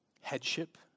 headship